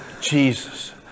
Jesus